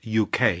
UK